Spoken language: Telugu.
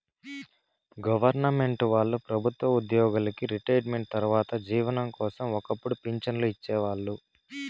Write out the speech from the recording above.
గొవర్నమెంటు వాళ్ళు ప్రభుత్వ ఉద్యోగులకి రిటైర్మెంటు తర్వాత జీవనం కోసం ఒక్కపుడు పింఛన్లు ఇచ్చేవాళ్ళు